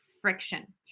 friction